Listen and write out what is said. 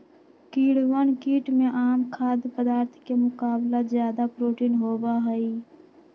कीड़वन कीट में आम खाद्य पदार्थ के मुकाबला ज्यादा प्रोटीन होबा हई